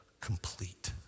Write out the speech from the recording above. complete